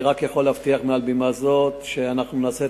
אני רק יכול להבטיח מעל בימה זו שאנחנו נעשה